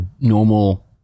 normal